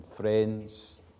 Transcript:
friends